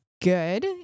good